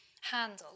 handle